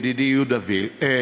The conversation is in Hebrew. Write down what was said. ידידי יהודה וילק,